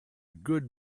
good